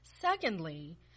Secondly